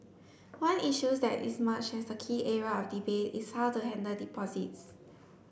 one issues that is emerged as a key area of debate is how to handle deposits